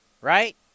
Right